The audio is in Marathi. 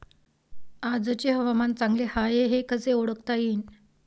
आजचे हवामान चांगले हाये हे कसे ओळखता येईन?